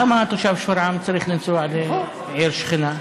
למה תושב שפרעם צריך לנסוע לעיר שכנה?